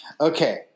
Okay